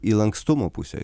į lankstumo pusę